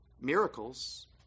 Miracles